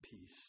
peace